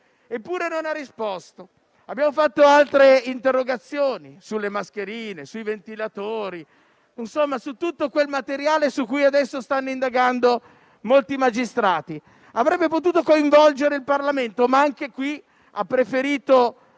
Eppure non ha risposto. Abbiamo fatto altre interrogazioni sulle mascherine, sui ventilatori, insomma su tutto quel materiale su cui adesso stanno indagando molti magistrati. Avrebbe potuto coinvolgere il Parlamento, ma anche in questo